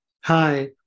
Hi